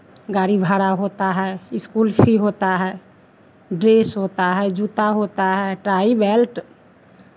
गाड़ी भाड़ा होता है स्कूल फ़ी होता है ड्रेस होता है जूता होता है टाई बेल्ट